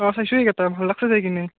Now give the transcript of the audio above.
অঁ চাইছোঁ সেইকেইটা ভাল লাগিছে দে সেইখিনি